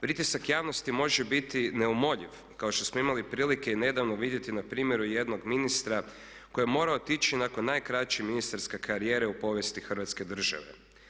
Pritisak javnosti može biti neumoljiv, kao što smo imali prilike nedavno vidjeti na primjeru jednog ministra koji je morao otići nakon najkraće ministarske karijere u povijesti Hrvatske države.